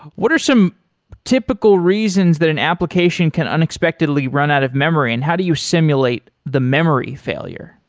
what are some typical reasons that an application can unexpectedly run out of memory and how do you simulate the memory failure?